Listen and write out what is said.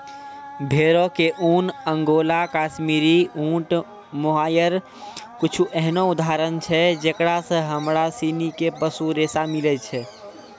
भेड़ो के ऊन, अंगोला, काश्मीरी, ऊंट, मोहायर कुछु एहनो उदाहरण छै जेकरा से हमरा सिनी के पशु रेशा मिलै छै